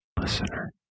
listener